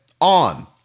on